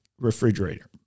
refrigerator